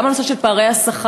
גם הנושא של פערי השכר,